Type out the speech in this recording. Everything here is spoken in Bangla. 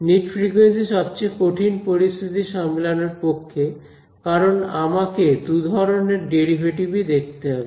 মিড ফ্রিকুয়েন্সি সবচেয়ে কঠিন পরিস্থিতি সামলানোর পক্ষে কারণ আমাকে দুধরনের ডেরিভেটিভ ই দেখতে হবে